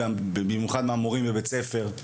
ובמיוחד מהמורים בבית הספר,